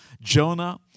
Jonah